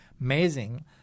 amazing